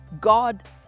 God